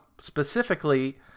Specifically